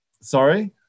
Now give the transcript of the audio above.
sorry